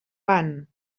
van